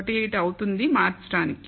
18 అవుతుంది మార్చడానికి